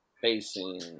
facing